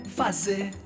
fazer